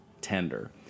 tender